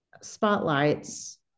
spotlights